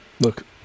look